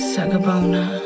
Sagabona